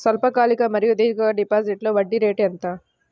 స్వల్పకాలిక మరియు దీర్ఘకాలిక డిపోజిట్స్లో వడ్డీ రేటు ఎంత?